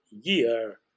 year